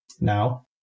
now